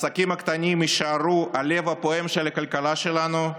העסקים הקטנים יישארו הלב הפועם של הכלכלה שלנו,